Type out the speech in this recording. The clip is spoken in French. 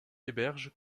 héberge